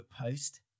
post